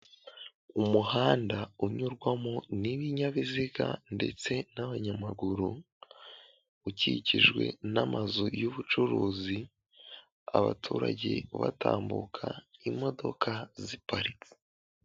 Umuhanda unyurwamo n'ibinyabiziga ndetse n'abanyamaguru, ukikijwe n'amazu y'ubucuruzi, abaturage batambuka, imodoka ziparitse.